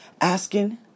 asking